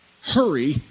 hurry